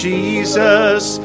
Jesus